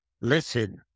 listen